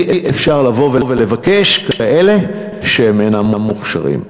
אי-אפשר לבוא ולבקש לכאלה שאינם מוכשרים.